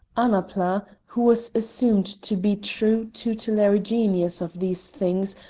annapla, who was assumed to be true tutelary genius of these things,